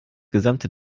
gesamte